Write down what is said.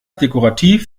dekorativ